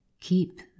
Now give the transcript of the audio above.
Keep